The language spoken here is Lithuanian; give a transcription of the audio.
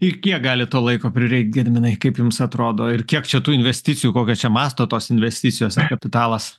ir kiek gali to laiko prireikt gediminai kaip jums atrodo ir kiek čia tų investicijų kokio čia masto tos investicijos ar kapitalas